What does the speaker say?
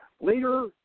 later